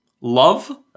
love